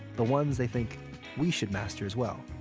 the ones they think we should master as well.